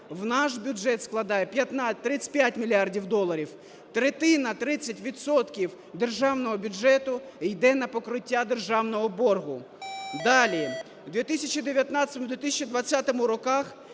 наш бюджет складає 35 мільярдів доларів. Третина, 30 відсотків державного бюджету йде на покриття державного боргу. Далі. У 2019-2020 роках